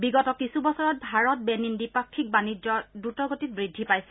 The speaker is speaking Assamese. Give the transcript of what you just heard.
বিগত কিছু বছৰত ভাৰত বেনিন দ্বিপাক্ষিক বাণিজ্য দ্ৰত গতিত বৃদ্ধি পাইছে